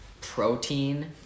protein